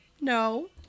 no